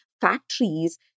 factories